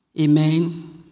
Amen